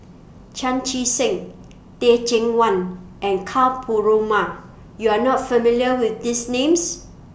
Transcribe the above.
Chan Chee Seng Teh Cheang Wan and Ka Perumal YOU Are not familiar with These Names